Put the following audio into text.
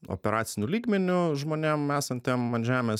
operaciniu lygmeniu žmonėm esantiem ant žemės